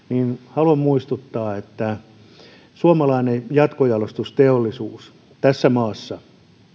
haluan muistuttaa että suomalainen jatkojalostusteollisuus tässä maassa